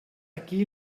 aquí